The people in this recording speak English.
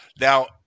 Now